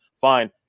fine